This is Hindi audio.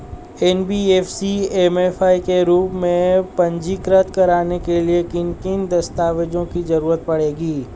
एन.बी.एफ.सी एम.एफ.आई के रूप में पंजीकृत कराने के लिए किन किन दस्तावेजों की जरूरत पड़ेगी?